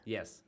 Yes